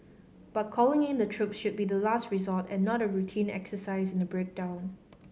but calling in the troops should be the last resort and not a routine exercise in a breakdown